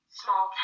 small